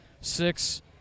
Six